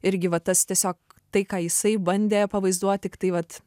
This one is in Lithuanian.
irgi va tas tiesiog tai ką jisai bandė pavaizduot tiktai vat